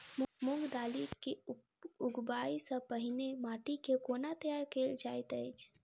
मूंग दालि केँ उगबाई सँ पहिने माटि केँ कोना तैयार कैल जाइत अछि?